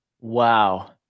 Wow